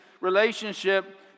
relationship